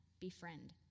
befriend